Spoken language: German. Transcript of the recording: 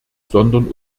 sondern